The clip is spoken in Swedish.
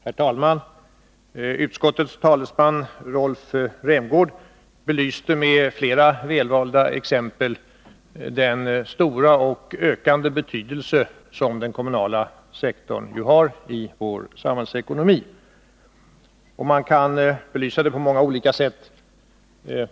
Herr talman! Utskottets talesman Rolf Rämgård belyste med flera välvalda exempel den stora och ökande betydelse som den kommunala sektorn har i vår samhällsekonomi. Man kan belysa detta på många olika sätt.